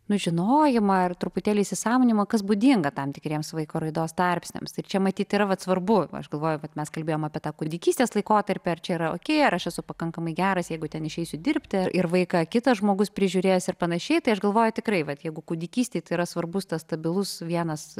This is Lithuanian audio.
nu žinojimą ir truputėlį įsisąmoninimą kas būdinga tam tikriems vaiko raidos tarpsniams ir čia matyt yra vat svarbu aš galvoju vat mes kalbėjom apie tą kūdikystės laikotarpį ar čia yra okei ar aš esu pakankamai geras jeigu ten išeisiu dirbti ir vaiką kitas žmogus prižiūrės ir panašiai tai aš galvoju tikrai vat jeigu kūdikystėje tai yra svarbus tas stabilus vienas